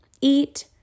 eat